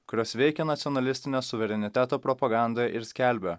kurios veikia nacionalistine suvereniteto propaganda ir skelbia